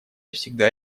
всегда